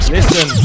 Listen